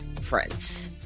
friends